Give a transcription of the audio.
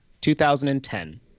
2010